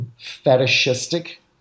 fetishistic